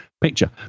picture